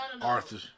Arthur